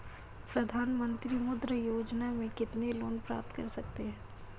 प्रधानमंत्री मुद्रा योजना में कितना लोंन प्राप्त कर सकते हैं?